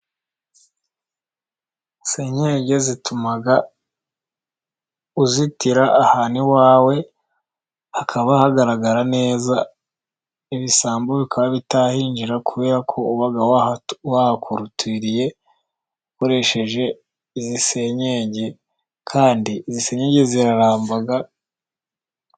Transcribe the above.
Senyenge zituma uzitira ahantu iwawe hakaba hagaragara neza, ibisambo bikaba bitahinjira, kubera ko uba wahakorutiriye ukoresheje izi senyege, kandi izi senyenge ziraramba.